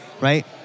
right